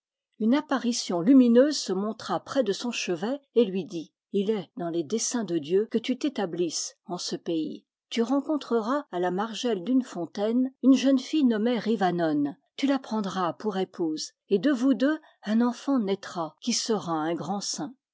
une apparition lumineuse se montra près de son chevet et lui dit il est dans les desseins de dieu que tu t'établisses en ce pays tu rencontreras à la margelle d'une fontaine une jeune fille nommée rivanone tu la prendras pour épouse et de vous deux un enfant naîtra qui sera un grand saint